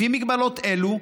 לפי מגבלות אלו,